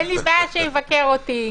אין לי בעיה שיבקר אותי,